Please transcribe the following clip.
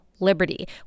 Liberty